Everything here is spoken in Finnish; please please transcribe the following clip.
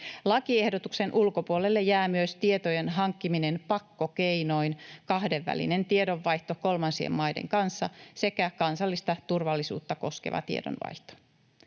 Lakiehdotuksen ulkopuolelle jää myös tietojen hankkiminen pakkokeinoin, kahdenvälinen tiedonvaihto kolmansien maiden kanssa sekä kansallista turvallisuutta koskeva tiedonvaihto.